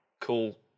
cool